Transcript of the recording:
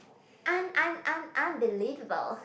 un un un unbelievable